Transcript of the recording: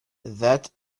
that